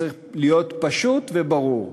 צריך להיות פשוט וברור.